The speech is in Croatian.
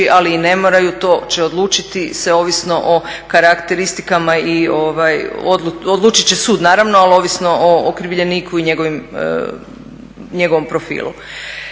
ali i ne moraju to će odlučiti sve ovisno o karakteristikama i odlučit će sud naravno, ali ovisno o okrivljeniku i njegovom profilu.